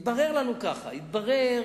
התברר לנו ככה, התברר